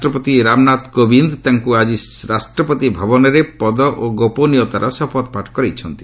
ରାଷ୍ଟ୍ରପତି ରାମନାଥ କୋବିନ୍ଦ ତାଙ୍କୁ ଆଜି ରାଷ୍ଟ୍ରପତି ଭବନରେ ପଦ ଓ ଗୋପନୀୟତାର ଶପଥପାଠ କରାଇଛନ୍ତି